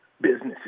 businesses